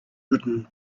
written